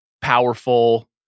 powerful